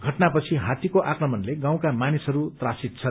घटनापछि हात्तीको आक्रमणले गाँउका मानिसहरू त्रसित छन्